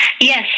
Yes